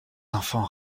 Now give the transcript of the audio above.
enfants